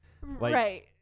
Right